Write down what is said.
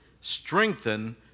strengthen